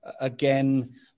again